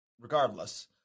regardless